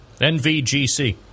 NVGC